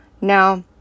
Now